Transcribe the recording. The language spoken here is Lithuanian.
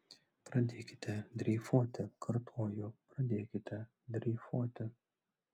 pradėkite dreifuoti kartoju pradėkite dreifuoti